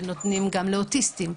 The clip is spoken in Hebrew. ונותנים גם לאוטיסטים,